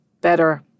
better